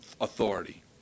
authority